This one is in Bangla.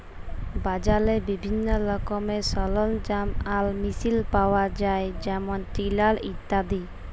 বাজারে বিভিল্ল্য রকমের সরলজাম আর মেসিল পাউয়া যায় যেমল টিলার ইত্যাদি